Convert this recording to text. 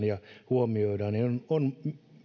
ja se huomioidaan on